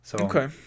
Okay